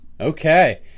Okay